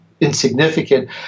insignificant